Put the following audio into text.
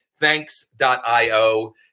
Thanks.io